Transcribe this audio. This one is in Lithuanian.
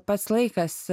pats laikas